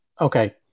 Okay